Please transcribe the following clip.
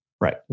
Right